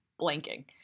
blanking